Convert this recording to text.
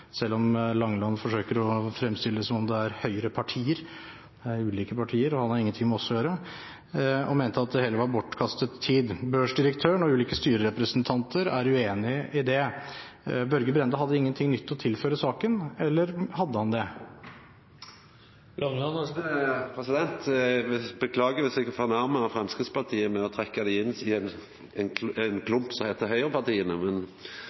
selv om Langeland forsøker å fremstille det som om det er høyrepartier. Det er ulike partier, og han har ingenting med oss å gjøre. Man mente det hele var bortkastet tid. Børsdirektøren og ulike styrerepresentanter er uenig i det. Børge Brende hadde ingenting nytt å tilføre saken – eller hadde han det? Eg beklagar dersom eg fornærmar Framstegspartiet med å trekka dei inn i ein klump som heiter høgrepartia. Men